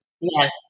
Yes